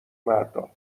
مردا